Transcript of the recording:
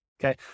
Okay